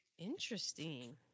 Interesting